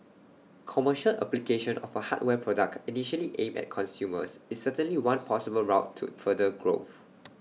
commercial application of A hardware product initially aimed at consumers is certainly one possible route to further growth